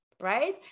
Right